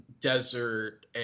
desert